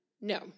No